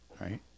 Right